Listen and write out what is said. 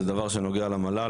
זה דבר שנוגע למל"ל,